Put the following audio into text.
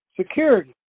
security